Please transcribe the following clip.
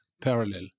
parallel